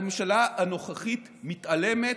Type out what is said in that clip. הממשלה הנוכחית מתעלמת,